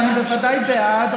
ואני בוודאי בעד,